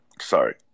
Sorry